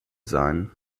sein